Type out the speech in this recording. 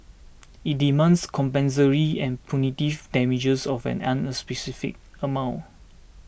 it demands compensatory and punitive damages of an unspecified amount